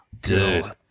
dude